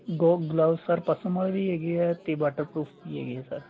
ਗੋ gloves sir ਵੀ ਹੈਗੇ ਹੈ ਅਤੇ ਵਾਟਰ ਪਰੂਫ ਵੀ ਹੈਗੇ ਹੈ ਸਰ